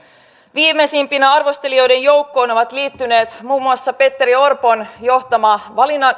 viimeisimpinä arvostelijoiden joukkoon ovat liittyneet muun muassa petteri orpon johtama